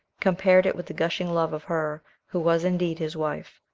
compared it with the gushing love of her who was indeed his wife.